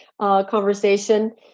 conversation